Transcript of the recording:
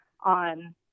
on